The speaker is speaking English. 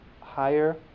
higher